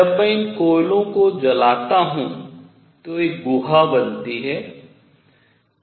जब मैं इन कोयले को जलाता हूँ तो एक गुहा बनती है